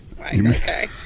okay